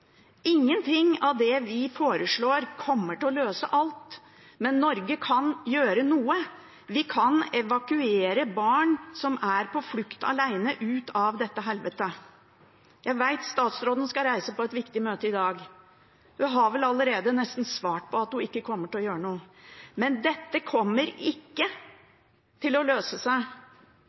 Ingenting av det vi foreslår, kommer til å løse alt, men Norge kan gjøre noe. Vi kan evakuere barn som er på flukt alene, ut av dette helvetet. Jeg vet at statsråden skal reise på et viktig møte i dag. Hun har vel allerede nesten svart at hun ikke kommer til å gjøre noe. Men dette kommer ikke til å løse seg.